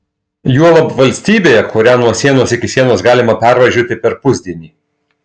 juolab valstybėje kurią nuo sienos iki sienos galima pervažiuoti per pusdienį